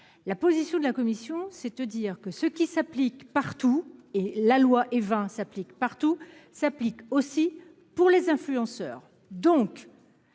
La position de la Commission. C'est-à-dire que ceux qui s'applique partout et la loi Évin s'applique partout s'applique aussi pour les influenceurs